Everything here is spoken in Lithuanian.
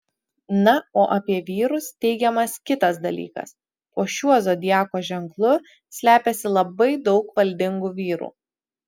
na o apie vyrus teigiamas kitas dalykas po šiuo zodiako ženklu slepiasi labai daug valdingų vyrų